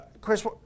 Chris